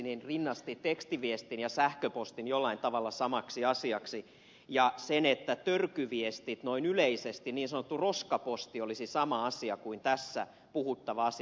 järvinen rinnasti tekstiviestin ja sähköpostin jollain tavalla samaksi asiaksi ja sen että törkyviestit noin yleisesti niin sanottu roskaposti olisivat sama asia kuin tässä puhuttava asia